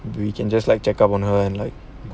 we can just like check up on her and like